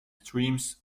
streams